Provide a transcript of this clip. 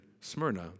Smyrna